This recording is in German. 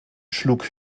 schlug